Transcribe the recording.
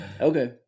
Okay